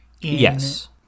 Yes